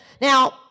Now